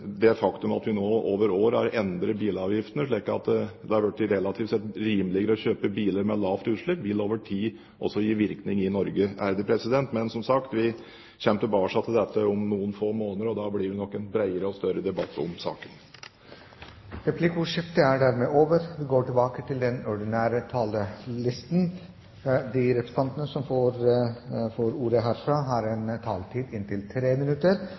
Det faktum at vi nå over år har endret bilavgiftene, slik at det relativt sett har blitt rimeligere å kjøpe biler med lavt utslipp, vil over tid også gi virkning i Norge. Men, som sagt, vi kommer tilbake til dette om noen få måneder, og da blir det nok en bredere og større debatt om saken. Replikkordskiftet er dermed over. De representantene som heretter får ordet, har en taletid på inntil 3 minutter.